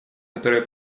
которое